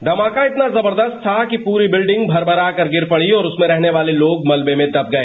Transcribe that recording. धमाका इतना जबरदस्त था कि पूरी बिल्डिंग भरभरा कर गिर पड़ी और उसमें रहने वाले लोग मलबे में दब गए